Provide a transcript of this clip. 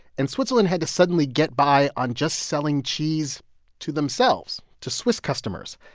and switzerland had to suddenly get by on just selling cheese to themselves to swiss customers.